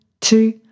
two